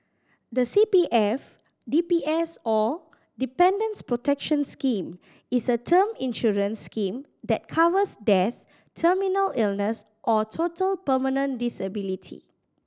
the C P F D P S or Dependants Protection Scheme is a term insurance scheme that covers death terminal illness or total permanent disability